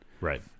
Right